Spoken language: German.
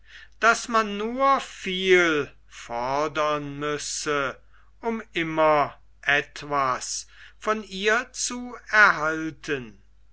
daß man nur viel fordern müsse um immer etwas von ihr zu erhalten